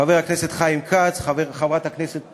חבר הכנסת